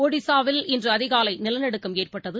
ஒடிசாவில் இன்றுஅதிகாலைநிலநடுக்கம் ஏற்பட்டது